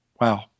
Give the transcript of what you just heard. Wow